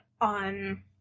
on